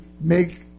make